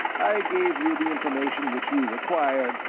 i gave you the information which you required,